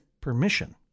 permission